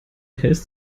hältst